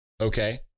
Okay